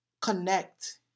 connect